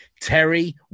Terry